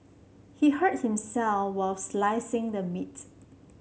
he hurt himself while slicing the meat